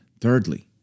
Thirdly